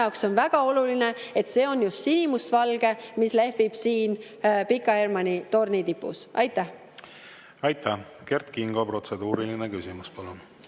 jaoks on väga oluline, et see on just sinimustvalge, mis lehvib siin Pika Hermanni torni tipus. Aitäh! Kert Kingo, protseduuriline küsimus, palun!